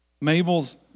Mabel's